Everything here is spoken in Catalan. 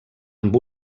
amb